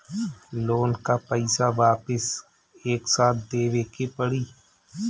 Loan का पईसा वापिस एक साथ देबेके पड़ी?